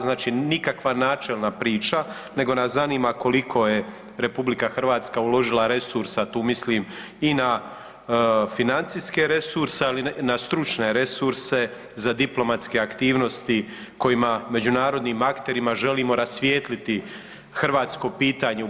Znači nikakva načelna priča nego nas zanima koliko je RH uložila resursa tu mislim i na financijske ali i na stručne resurse za diplomatske aktivnosti kojima međunarodnim akterima želimo rasvijetliti hrvatsko pitanje u BiH.